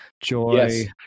joy